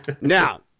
Now